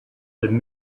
been